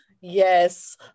Yes